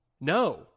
no